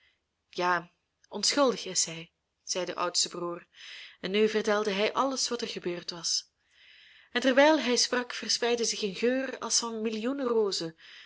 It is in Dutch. ja onschuldig is zij zei de oudste broeder en nu vertelde hij alles wat er gebeurd was en terwijl hij sprak verspreidde zich een geur als van millioenen rozen